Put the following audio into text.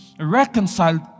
Reconciled